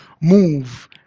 move